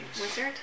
wizard